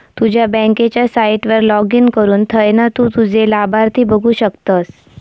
तुझ्या बँकेच्या साईटवर लाॅगिन करुन थयना तु तुझे लाभार्थी बघु शकतस